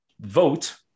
vote